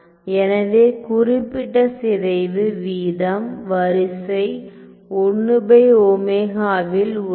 எனவே குறிப்பிட்ட சிதைவு வீதம் வரிசை 1ω ல் உள்ளன